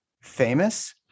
Famous